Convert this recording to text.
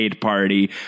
party